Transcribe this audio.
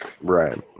Right